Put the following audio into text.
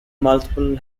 multiple